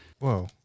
Whoa